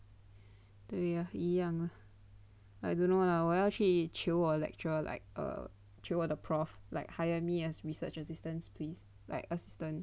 对 lor 一样 ah I don't know lah 我要去求我 lecturer like err 求我的 prof like hire me as research assistance please like assistant